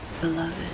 beloved